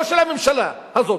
לא של הממשלה הזאת,